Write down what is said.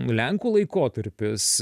lenkų laikotarpis